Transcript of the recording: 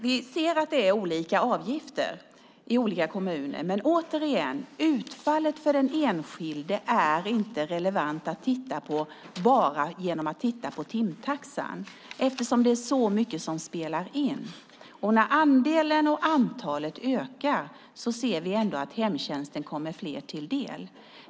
Vi ser att det är olika avgifter i olika kommuner, men återigen: När det gäller utfallet för den enskilde är det inte relevant att enbart titta på timtaxan eftersom det är så mycket som spelar in. När andelen och antalet ökar ser vi att hemtjänsten kommer fler till del.